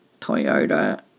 Toyota